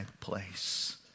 place